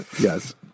Yes